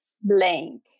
blank